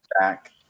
back